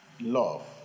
Love